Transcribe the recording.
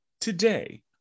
today